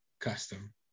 custom